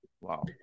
Wow